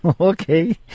Okay